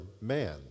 man